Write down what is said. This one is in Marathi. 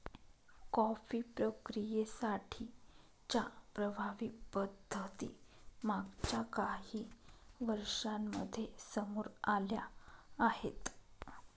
कॉफी प्रक्रियेसाठी च्या प्रभावी पद्धती मागच्या काही वर्षांमध्ये समोर आल्या आहेत